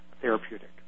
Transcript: therapeutic